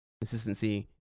consistency